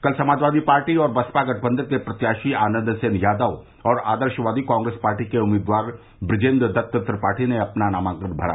कल समाजवादी पार्टी और बसपा गठबंधन के प्रत्याशी आनन्द सेन यादव और आदर्शवादी कांग्रेस पार्टी के उम्मीदवार ब्रजेन्द्र दत्त त्रिपाठी ने अपना अपना नामांकन भरा